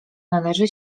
należy